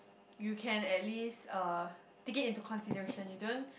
you can at least uh take it into consideration you don't